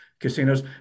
casinos